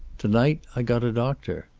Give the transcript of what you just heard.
to-night i got a doctor.